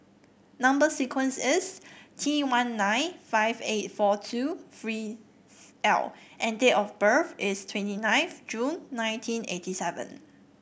number sequence is T one nine five eight four two three L and date of birth is twenty ninth June nineteen eighty seven